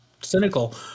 cynical